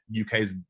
UK's